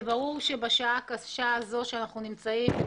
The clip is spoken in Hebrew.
ברור שבשעה הקשה הזו בה אנחנו נמצאים,